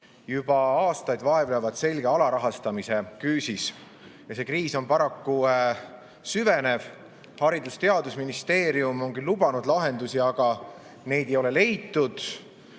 juba aastaid selge alarahastamise küüsis ja see kriis on paraku süvenev. Haridus‑ ja Teadusministeerium on küll lubanud lahendusi, aga neid ei ole leitud.